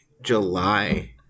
July